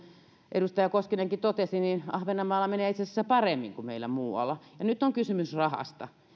edustaja koskinenkin totesi ahvenanmaalla menee itse asiassa paremmin kuin meillä muualla nyt on kysymys rahasta ja